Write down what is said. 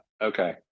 Okay